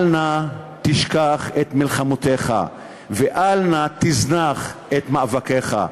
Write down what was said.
אל נא תשכח את מלחמותיך ואל נא תזנח את מאבקיך.